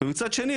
ומצד שני,